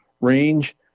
range